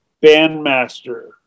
bandmaster